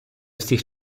всіх